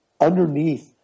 underneath